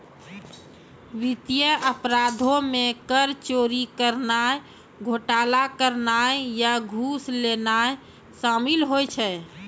वित्तीय अपराधो मे कर चोरी करनाय, घोटाला करनाय या घूस लेनाय शामिल होय छै